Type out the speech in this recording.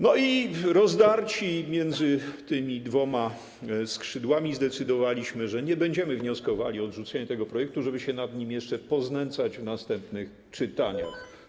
No i rozdarci między tymi dwoma skrzydłami zdecydowaliśmy, że nie będziemy wnioskowali o odrzucenie tego projektu, żeby się nad nim jeszcze poznęcać w następnych czytaniach.